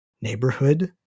neighborhood